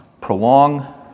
prolong